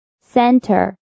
center